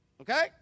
okay